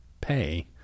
pay